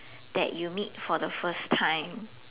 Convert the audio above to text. that you meet for the first time